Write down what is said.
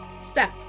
Steph